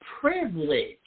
privilege